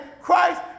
Christ